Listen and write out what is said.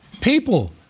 people